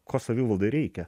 ko savivaldai reikia